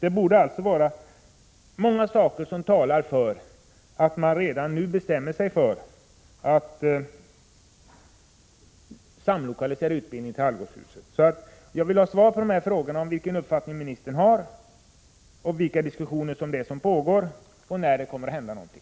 Det är alltså mycket som talar för att nu bestämma sig för att samlokalisera utbildningen i Algotshuset. Jag vill ha svar på frågorna om vilken uppfattning ministern har, vilka diskussioner som pågår och när det kommer att hända någonting.